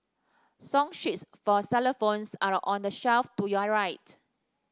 song sheets for xylophones are on the shelf to your right